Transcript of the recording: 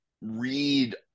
read